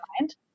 mind